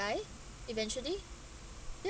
buy eventually ya